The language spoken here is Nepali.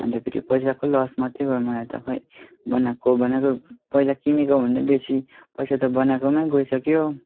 अन्त फेरि पैसाको लस् मात्रै भयो मलाई त खै बनाएको बनाएकै पहिला किनेको भन्दा बेसी पैसा त बनाएकोमै गइसक्यो